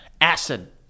Acid